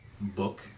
book